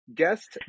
guest